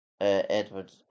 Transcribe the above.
Edward